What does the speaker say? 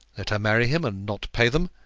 let her marry him, and not pay them,